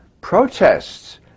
protests